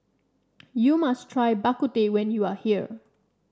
you must try Bak Kut Teh when you are here